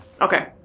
Okay